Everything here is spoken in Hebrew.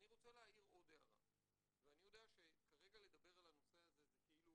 אני רוצה להעיר עוד הערה ואני יודע שכרגע לדבר על הנושא הזה זה כאילו